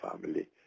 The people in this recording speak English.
family